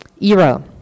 era